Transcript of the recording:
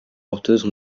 porteuses